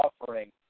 offering